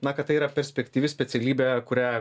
na kad tai yra perspektyvi specialybė kurią